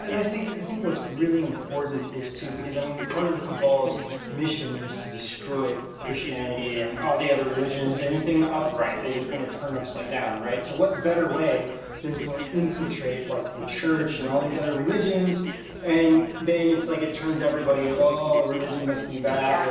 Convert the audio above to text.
and i think think what's really important is to because i mean part of the cabal's mission is to destroy christianity and all the other religions anything upright, they just wanna turn upside down right, so what better way than from infiltrate like the church and all these other religions and then it's like it turns everybody oh ah religion must be bad,